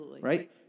Right